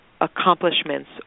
accomplishments